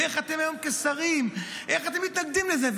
ואיך היום כשרים אתם מתנגדים לזה?